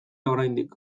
oraindik